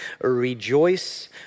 Rejoice